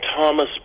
Thomas